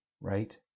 right